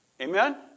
Amen